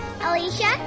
Alicia